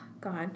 God